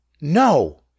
No